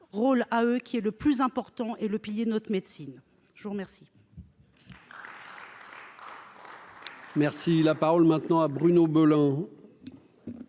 rôle à eux qui est le plus important et le pilier notre médecine je vous remercie. Merci, la parole maintenant à Bruno Belin.